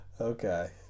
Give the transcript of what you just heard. Okay